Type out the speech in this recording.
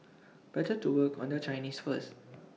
better to work on their Chinese first